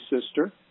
sister